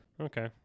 okay